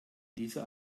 dieser